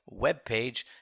webpage